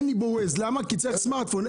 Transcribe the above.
אין לי Waze כי צריך סמרט פון.